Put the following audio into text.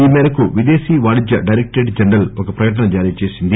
ఈ మేరకు విదేశీ వాణిజ్య డైరెక్టరేట్ జనరల్ ఒక ప్రకటన చేసింది